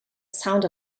sound